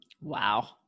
Wow